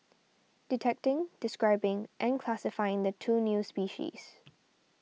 detecting describing and classifying the two new species